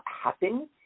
happen